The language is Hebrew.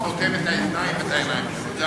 מישהו שם סותם את האוזניים ואת העיניים שלו.